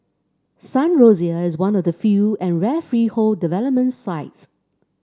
Sun Rosier is one of the few and rare freehold development sites